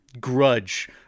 grudge